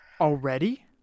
Already